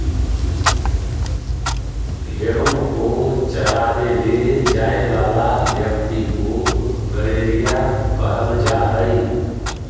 भेंड़ों को चरावे ले जाए वाला व्यक्ति को गड़ेरिया कहल जा हई